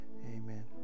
amen